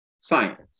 science